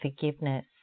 Forgiveness